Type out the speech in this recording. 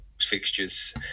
fixtures